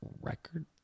record